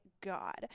God